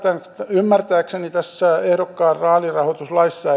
ymmärtääkseni ei tässä ehdokkaan vaalirahoituslaissa